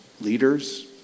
leaders